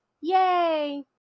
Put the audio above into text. Yay